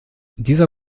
dieser